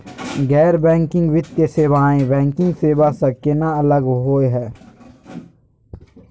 गैर बैंकिंग वित्तीय सेवाएं, बैंकिंग सेवा स केना अलग होई हे?